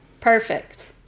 Perfect